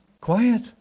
quiet